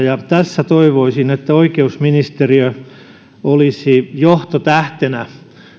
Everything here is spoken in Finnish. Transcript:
ja toivoisin että oikeusministeriö olisi tässä johtotähtenä